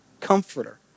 comforter